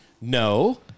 No